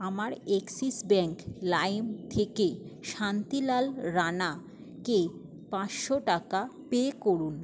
আমার Axis Bank লাইম থেকে শান্তিলাল রাণাকে পাঁচশো টাকা পে করুন